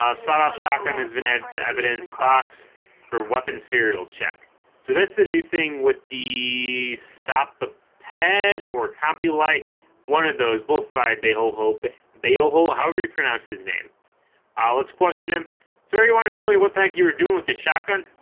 ah sawed-off shotgun has been added to evidence box or weapon serial check so that's the new thing with the stop head or comp you light one of those both by bail hope but they oh-ho however you pronounce his name ah let's question him sir you want to tell me what that you were doing with the shotgun